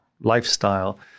lifestyle